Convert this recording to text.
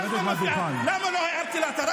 למה לא הערת לה?